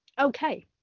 okay